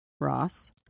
Ross